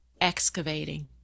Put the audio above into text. excavating